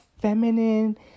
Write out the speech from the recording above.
feminine